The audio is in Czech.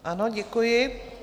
Ano, děkuji.